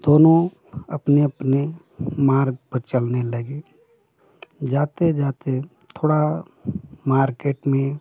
दोनों अपने अपने मार्ग पर चलने लगे जाते जाते थोड़ा मार्केट में